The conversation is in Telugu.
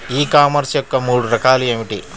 ఈ కామర్స్ యొక్క మూడు రకాలు ఏమిటి?